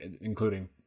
including